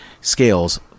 scales